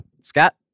Scott